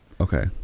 Okay